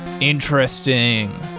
Interesting